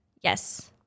yes